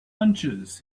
hunches